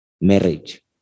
marriage